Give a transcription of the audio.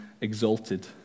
exalted